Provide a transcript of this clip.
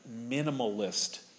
minimalist